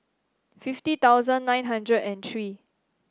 fifty thousand nine hundred and three